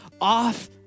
off